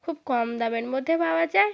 খুব কম দামের মধ্যে পাওয়া যায়